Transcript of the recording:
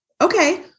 okay